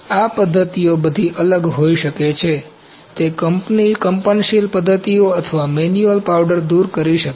આ પદ્ધતિઓ બધી અલગ હોઈ શકે છે તે કંપનશીલ પદ્ધતિઓ અથવા મેન્યુઅલ પાવડર દૂર કરી શકે છે